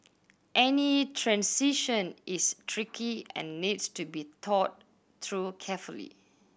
any transition is tricky and needs to be thought through carefully